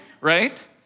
right